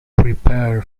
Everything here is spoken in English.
prepare